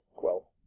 Twelve